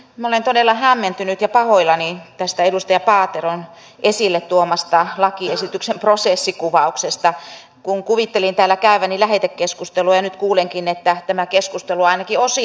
minä olen todella hämmentynyt ja pahoillani tästä edustaja paateron esille tuomasta lakiesityksen prosessikuvauksesta kun kuvittelin täällä käyväni lähetekeskustelua ja nyt kuulenkin että tämä keskustelu on ainakin osittain turhaa